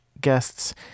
guests